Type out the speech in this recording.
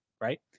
right